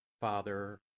Father